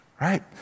right